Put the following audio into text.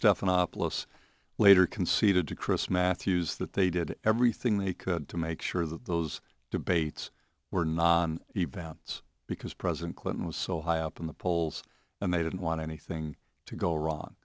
stephanopoulos later conceded to chris matthews that they did everything they could to make sure that those debates were non events because president clinton was so high up in the polls and they didn't want anything to go wrong